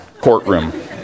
courtroom